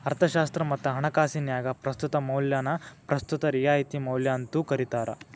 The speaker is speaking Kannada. ಅರ್ಥಶಾಸ್ತ್ರ ಮತ್ತ ಹಣಕಾಸಿನ್ಯಾಗ ಪ್ರಸ್ತುತ ಮೌಲ್ಯನ ಪ್ರಸ್ತುತ ರಿಯಾಯಿತಿ ಮೌಲ್ಯ ಅಂತೂ ಕರಿತಾರ